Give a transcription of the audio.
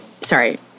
sorry